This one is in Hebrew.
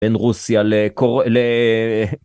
בן רוסיה לקור..